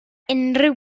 unrhyw